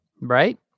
Right